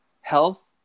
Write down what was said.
health